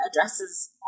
addresses